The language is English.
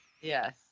Yes